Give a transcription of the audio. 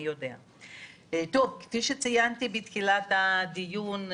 כפי שציינתי בתחילת הדיון,